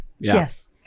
Yes